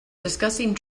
discussing